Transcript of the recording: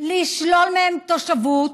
לשלול מהם תושבות.